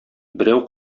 берәү